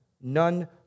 none